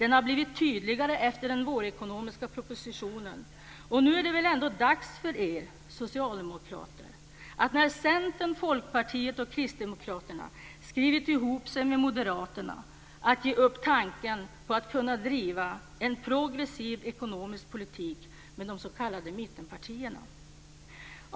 Den har blivit tydligare efter den vårekonomiska propositionen.